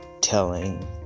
telling